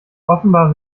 offenbar